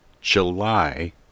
july